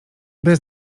bez